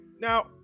Now